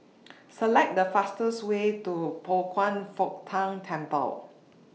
Select The fastest Way to Pao Kwan Foh Tang Temple